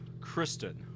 Kristen